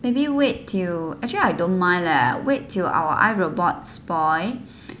maybe wait till actually I don't mind leh wait till our iRobot spoil